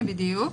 בדיוק.